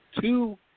two